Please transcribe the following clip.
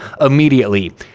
immediately